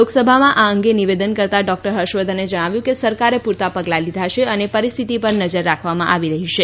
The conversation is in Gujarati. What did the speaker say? લોકસભામાં આ અંગે નિવેદન કરતાં ડોક્ટર હર્ષવર્ધને જણાવ્યું કે સરકારે પૂરતાં પગલાં લીધાં છે અને પરિસ્થિતિ પર નજર રાખવામાં આવી રહી છે